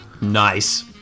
Nice